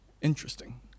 interesting